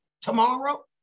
tomorrow